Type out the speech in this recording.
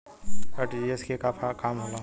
RTGS के का काम होला?